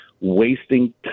wasting